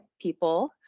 people